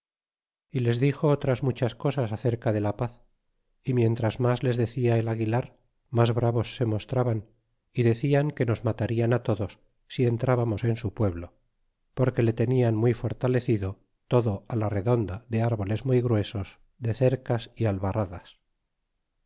y les dixo otras muchas cosas acerca de la paz y mientras mas les decia el aguilar mas bravos se mostraban y declan que nos matarian á todos si entrábamos en su pueblo porque le tenian muy fortalecido todo á la redonda de árboles muy gruesos de ie cercas y albarradas